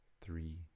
three